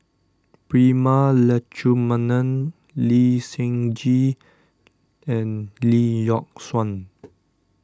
Prema Letchumanan Lee Seng Gee and Lee Yock Suan